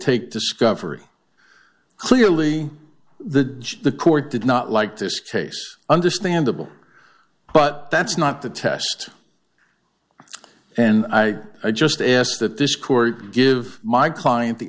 take discovery clearly the the court did not like this case understandable but that's not the test and i just ask that this corey give my client the